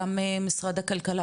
גם משרד הכלכלה,